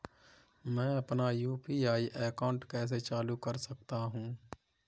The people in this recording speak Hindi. मैं अपना यू.पी.आई अकाउंट कैसे चालू कर सकता हूँ?